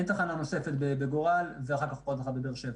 אין תחנה נוספת בגורל ואחר כך עוד אחת בבאר שבע.